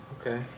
Okay